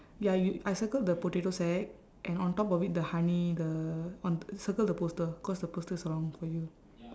ya you I circle the potato sack and on top of it the honey the on circle the poster cause the poster is wrong for you